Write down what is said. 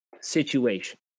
situation